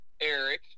Eric